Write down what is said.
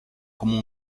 como